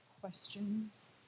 questions